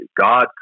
God